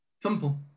Simple